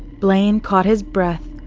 blaine caught his breath,